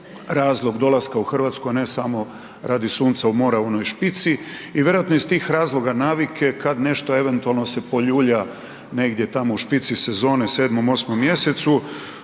razlog dolaska u Hrvatsku a ne samo radi sunca i mora u onoj špici. I vjerojatno iz tih razloga navike kada nešto eventualno se poljulja negdje tamo u špici sezone 7., 8. mjesecu,